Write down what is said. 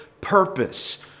purpose